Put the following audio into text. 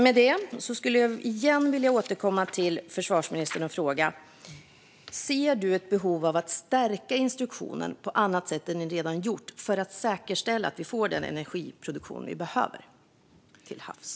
Med det vill jag igen återkomma till försvarsministern och fråga: Ser du ett behov av att stärka instruktionen på annat sätt än ni redan gjort för att säkerställa att vi får den energiproduktion vi behöver till havs?